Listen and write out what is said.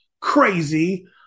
Crazy